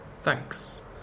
Thanks